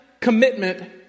commitment